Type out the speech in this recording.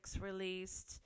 released